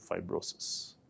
fibrosis